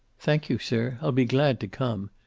thank you, sir, i'll be glad to come.